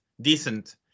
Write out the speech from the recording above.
decent